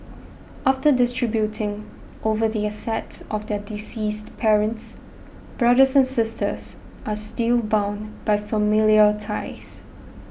after distributing over the assets of their deceased parents brothers and sisters are still bound by familial ties